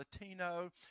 Latino